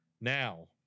now